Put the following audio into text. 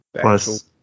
Plus